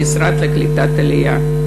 במשרד לקליטת העלייה.